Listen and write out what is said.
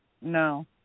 No